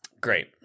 Great